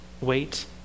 Wait